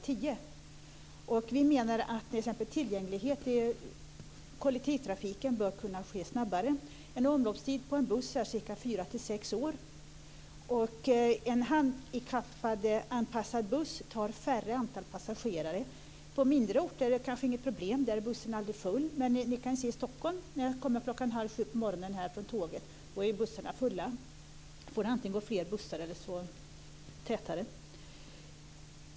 Vi menar att förbättringar av t.ex. tillgängligheten i kollektivtrafiken bör kunna ske snabbare. Omloppstiden för en buss är 4-6 år. En handikappanpassad buss tar färre antal passagerare. Det är kanske inte något problem på mindre orter. Där är bussen aldrig full. Men när jag kommer till Stockholm halv sju på morgonen är bussarna fulla. Då får det antingen gå fler bussar eller så får de gå tätare.